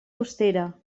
austera